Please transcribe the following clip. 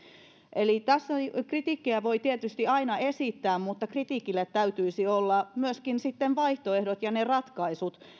eli kritiikkiä voi tietysti aina esittää mutta kritiikille täytyisi olla myöskin sitten vaihtoehdot ja ne ratkaisut